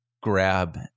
grab